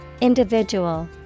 Individual